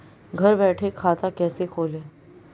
घर बैठे खाता कैसे खोलें?